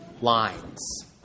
lines